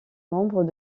membre